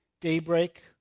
Daybreak